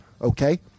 okay